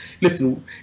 listen